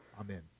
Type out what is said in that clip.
Amen